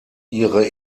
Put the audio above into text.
ihre